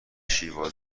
شیوا